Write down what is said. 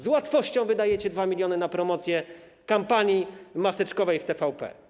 Z łatwością wydajecie 2 mln na promocję, kampanię maseczkową w TVP.